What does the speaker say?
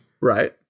right